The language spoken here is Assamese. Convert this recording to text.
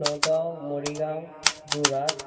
নগাঁও মৰিগাঁও যোৰহাট